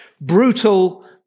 brutal